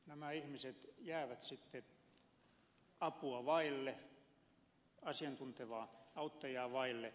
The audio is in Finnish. nämä ihmiset jäävät sitten apua vaille asiantuntevaa auttajaa vaille